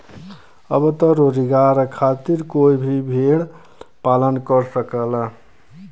अब त रोजगार खातिर कोई भी भेड़ पालन कर लेवला